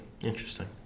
Interesting